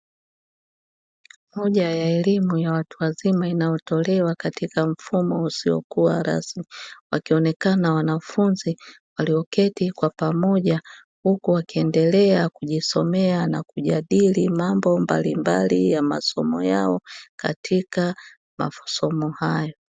Moja ya elimu ya watu wazima inayotolewa katika mfumo usiokuwa rasmi, wakionekana wanafunzi walioketi kwa pamoja huku wakiendelea kujisomea na kujadili mambo mbalimbali ya masomo yao katika masomo hayo.